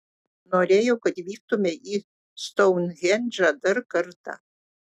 norėjau kad vyktumei į stounhendžą dar kartą